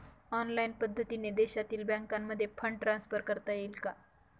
Online पद्धतीने देशातील बँकांमध्ये फंड ट्रान्सफर करता येईल का?